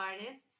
artists